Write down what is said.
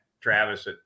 Travis